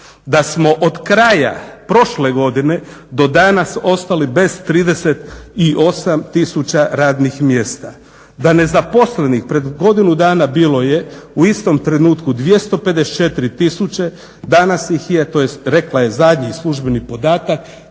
Da smo od kraja prošle godine do danas ostali bez 38 tisuća radnih mjesta. Da nezaposlenih pred godinu dana bilo je u istom trenutku 254 tisuće, danas ih je tj. rekla je zadnji službeni podatak